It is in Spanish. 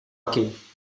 aquí